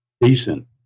decent